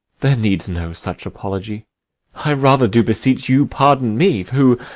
there needs no such apology i rather do beseech you pardon me, who,